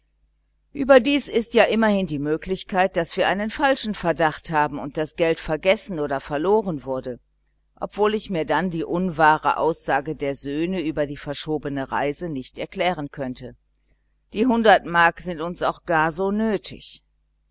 überdies ist ja immerhin die möglichkeit daß wir einen falschen verdacht haben und das geld vergessen oder verloren wurde obwohl ich mir dann die unwahre aussage der söhne über die verschobene abreise nicht erklären könnte die hundert mark sind uns auch gar so nötig